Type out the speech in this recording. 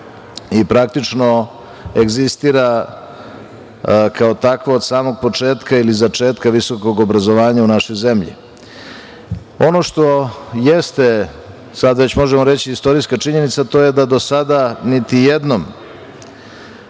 i praktično egzistira kao tako od samog početka ili začetka visokog obrazovanja u našoj zemlji. Ono što jeste, sada već možemo reći istorijska činjenica, to je da do sada niti jednom,